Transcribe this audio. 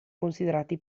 considerati